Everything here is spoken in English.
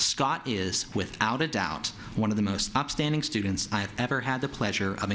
scott is without a doubt one of the most upstanding students i have ever had the pleasure of